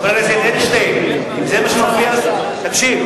חבר הכנסת אדלשטיין, אם זה מה שמפריע, תקשיב,